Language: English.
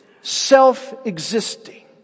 self-existing